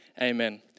Amen